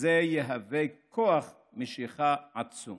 וזה יהווה כוח משיכה עצום